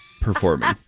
performing